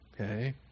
Okay